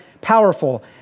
powerful